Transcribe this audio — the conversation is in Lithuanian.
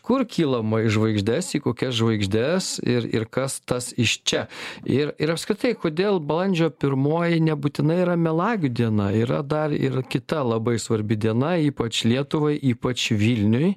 kur kylama į žvaigždes į kokias žvaigždes ir ir kas tas iš čia ir ir apskritai kodėl balandžio pirmoji nebūtinai yra melagių diena yra dar ir kita labai svarbi diena ypač lietuvai ypač vilniui